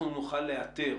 אנחנו נוכל לאתר